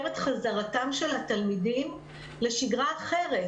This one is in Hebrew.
את חזרתם של התלמידים לשגרה אחרת,